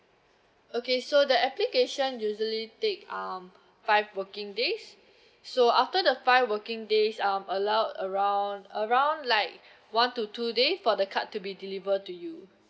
okay so the application usually take um five working days so after the five working days um allowed around around like one to two days for the card to be deliver to you